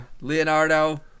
Leonardo